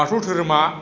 बाथौ धोरोमा